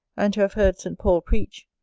and to have heard st. paul preach,